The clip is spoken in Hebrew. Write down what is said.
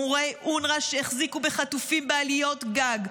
מורי אונר"א שהחזיקו חטופים בעליות גג,